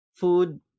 food